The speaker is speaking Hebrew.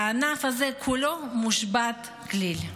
והענף הזה כולו מושבת כליל.